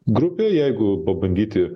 grupė jeigu pabandyti